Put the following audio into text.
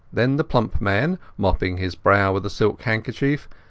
then the plump man, mopping his brow with a silk handkerchief,